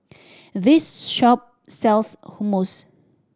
this shop sells Hummus